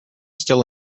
still